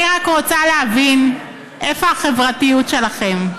אני רק רוצה להבין איפה החברתיות שלכם.